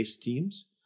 teams